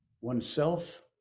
oneself